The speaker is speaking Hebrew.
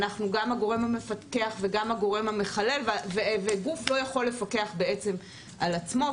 אנחנו גם הגורם המפקח וגם הגורם המחלל וגוף לא יכול לפקח בעצם על עצמו,